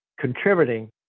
contributing